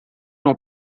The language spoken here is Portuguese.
não